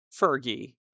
Fergie